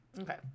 Okay